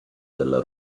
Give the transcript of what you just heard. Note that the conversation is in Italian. della